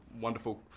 wonderful